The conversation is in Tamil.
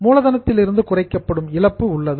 மூலதனத்திலிருந்து குறைக்கப்படும் இழப்பு உள்ளது